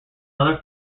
other